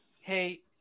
hey